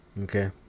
Okay